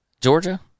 Georgia